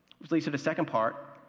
which leads to the second part.